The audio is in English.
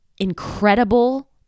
incredible